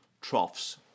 troughs